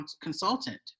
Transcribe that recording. consultant